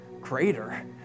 greater